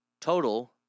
Total